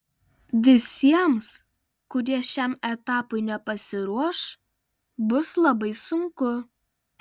visiems kurie šiam etapui nepasiruoš bus labai sunku